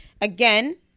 Again